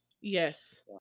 Yes